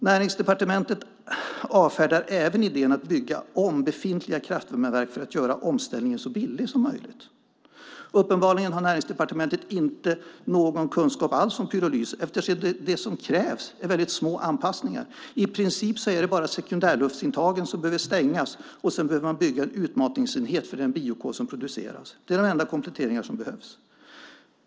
Näringsdepartementet avfärdar även idén att bygga om befintliga kraftvärmeverk för att göra omställningen så billig som möjligt. Uppenbarligen har Näringsdepartementet inte någon kunskap alls om pyrolys eftersom det som krävs är väldigt små anpassningar. I princip är det bara sekundärluftsintagen som behöver stängas, och sedan behöver man bygga en utmatningsenhet för den biokol som produceras. Det är de enda kompletteringar som behövs.